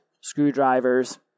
screwdrivers